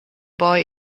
boy